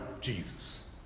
Jesus